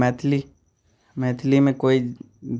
मैथिली मैथिलीमे कोइ